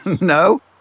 No